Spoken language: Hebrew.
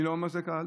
אני לא אומר שזה קל,